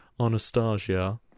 Anastasia